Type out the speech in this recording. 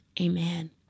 amen